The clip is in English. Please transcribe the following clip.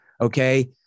Okay